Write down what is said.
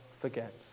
forget